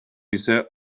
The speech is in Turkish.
ise